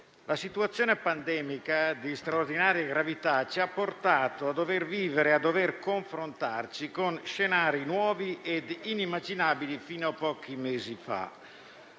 la situazione pandemica di straordinaria gravità ci ha portato a vivere e a doverci confrontare con scenari nuovi e inimmaginabili fino a pochi mesi fa.